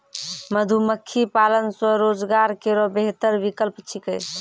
मधुमक्खी पालन स्वरोजगार केरो बेहतर विकल्प छिकै